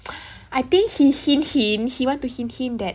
I think he hint hint he want to hint hint that